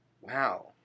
Wow